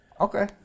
Okay